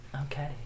okay